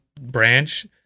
branch